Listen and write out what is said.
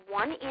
one